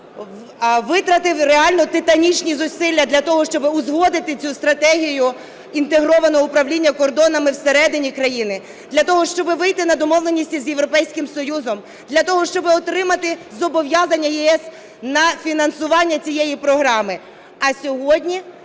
витратив реально титанічні зусилля для того, щоб узгодити цю стратегію інтегрованого управління кордонами всередині країни, для того, щоб вийти на домовленість із Європейським Союзом, для того, щоб отримати зобов'язання ЄС на фінансування цієї програми.